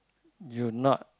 you not